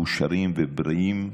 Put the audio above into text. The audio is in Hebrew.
מאושרים ובריאים,